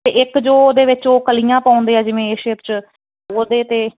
ਅਤੇ ਇੱਕ ਜੋ ਉਹਦੇ ਵਿੱਚ ਉਹ ਕਲੀਆਂ ਪਾਉਂਦੇ ਹੈ ਜਿਵੇਂ ਏ ਸ਼ੇਪ 'ਚ ਉਹਦੇ 'ਤੇ